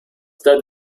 that